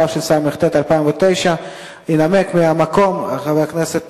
התשס"ט 2009. ינמק מהמקום חבר הכנסת